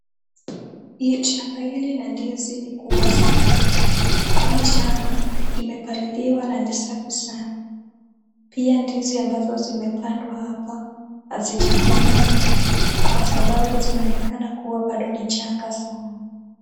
Shamba hili la ndizi ni kubwa sana hili shamba imepaliliwa na ni safi sana, pia ndizi ambazo zimepandwa hapa hazijakomaa kwa sababu zinaonekana kuwa bado ni changa sana.